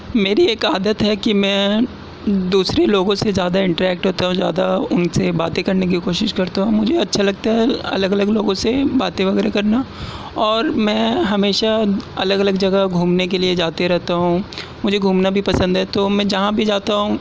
میری ایک عادت ہے کہ میں دوسرے لوگوں سے زیادہ انٹریکٹ ہوتا ہوں زیادہ ان سے باتیں کرنے کی کوشش کرتا ہوں مجھے اچھا لگتا ہے الگ الگ لوگوں سے باتیں وغیرہ کرنا اور میں ہمیشہ الگ الگ جگہ گھومنے کے لیے جاتے رہتا ہوں مجھے گھومنا بھی پسند ہے تو میں جہاں بھی جاتا ہوں